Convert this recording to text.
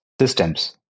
systems